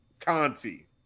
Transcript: Conti